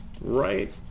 Right